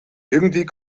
irgendwie